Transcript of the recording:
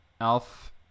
Alf